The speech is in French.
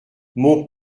mon